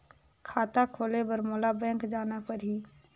खाता खोले बर मोला बैंक जाना परही?